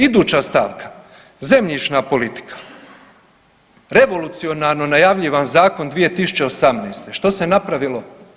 Iduća stavka, zemljišna politika, revolucionarno najavljivan zakon 2018., što se napravilo?